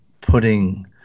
putting